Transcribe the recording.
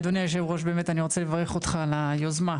אדוני היו"ר באמת אני רוצה לברך אותך על היוזמה,